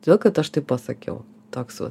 todėl kad aš taip pasakiau toks vat